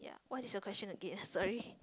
what is your question again sorry